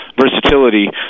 versatility